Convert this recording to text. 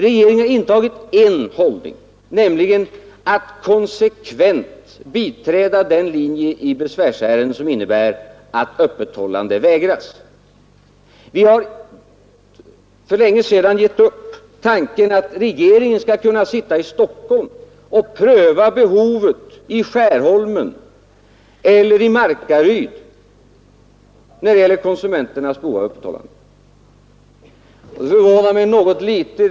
Regeringen har intagit en hållning, nämligen att konsekvent biträda den linje i besvärsärenden som innebär att öppethållande vägras. Vi har för länge sedan givit upp tanken att regeringen skall kunna sitta i Stockholm och pröva konsumenternas behov av öppethållande i Skärholmen eller i Markaryd.